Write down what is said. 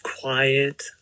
quiet